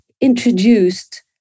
introduced